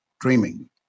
dreaming